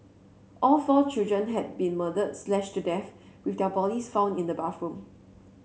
all four children had been murdered slashed to death with their bodies found in the bathroom